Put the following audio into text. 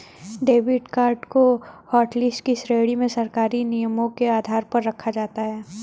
debit card को hotlist की श्रेणी में सरकारी नियमों के आधार पर रखा जाता है